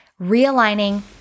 Realigning